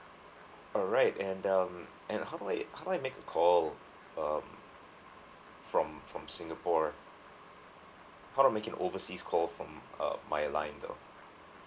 alright and um and how do I how do I make a call um from from singapore how do I make an overseas call from uh my line though